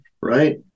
Right